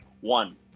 one